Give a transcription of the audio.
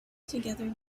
together